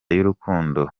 y’urukundo